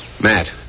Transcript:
Matt